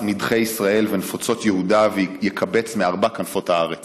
נדחי ישראל ונפוצות יהודה יקבץ מארבע כנפות הארץ".